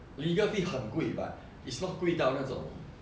legal fee 很贵 but it's not 贵到那种